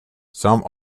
some